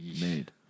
made